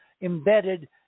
embedded